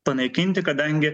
panaikinti kadangi